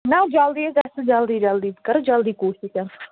نہ جلدی یے گژھِ نہٕ جلدی جلدی بہٕ کَرٕ جلدی کوٗشِشَن